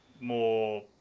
more